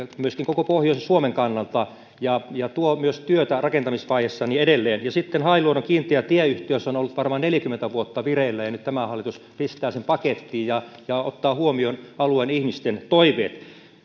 myöskin koko pohjois suomen kannalta ja ja tuo myös työtä rakentamisvaiheessa ja niin edelleen ja sitten hailuodon kiinteä tieyhteys on ollut varmaan neljäkymmentä vuotta vireillä ja nyt tämä hallitus pistää sen pakettiin ja ja ottaa huomioon alueen ihmisten toiveet